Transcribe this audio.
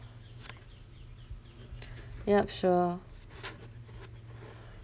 ya sure